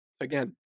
again